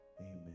amen